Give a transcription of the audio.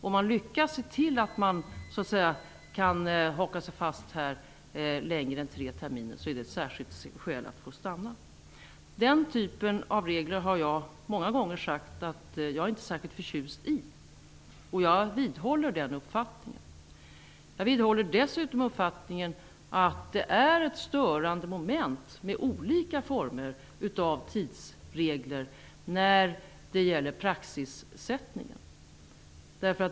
Om man lyckades haka sig fast här längre än tre terminer så var det ett särskilt skäl för att få stanna. Den typen av regler har jag många gånger sagt att jag inte är särskilt förtjust i. Jag vidhåller den uppfattningen. Jag vidhåller dessutom uppfattningen att det är ett störande moment med olika former av tidsregler när det gäller praxissättning.